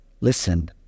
Listen